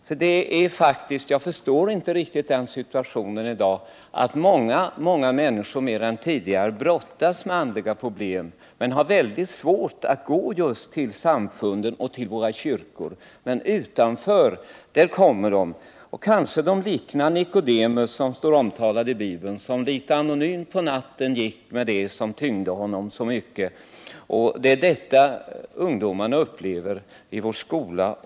Vad jag inte riktigt förstår i dagens situation är att många fler människor än tidigare brottas med andliga problem men har mycket svårt att vända sig till kyrkorna och samfunden. Utanför dessa kommer de dock. Kanske de liknar Nikodemus, som är omtalad i Bibeln — han som på natten litet anonymt bar fram det som tyngde honom så mycket. Detta upplever också eleverna i vår skola.